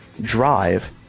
drive